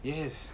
Yes